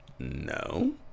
No